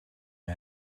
her